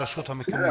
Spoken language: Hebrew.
ברשות המקומית.